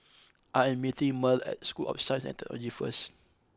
I am meeting Merl at School of Science and Technology first